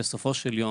בסופו של יום,